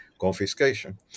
Confiscation